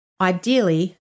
ideally